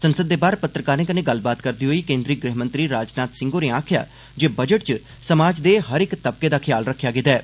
संसद दे बाह्र पत्रकारें कन्नै गल्लबात करदे होई केन्द्री गृह मंत्री राजनाथ सिंह होरें आखेआ जे बजट च समाज दे हर इक तबके दा ख्याल रक्खेआ गेदा ऐ